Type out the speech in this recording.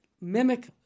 mimic